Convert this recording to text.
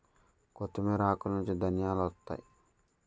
కొత్తిమీర ఆకులనుంచి ధనియాలొత్తాయి